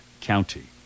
county